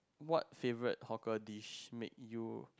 what favourite hawker dish make you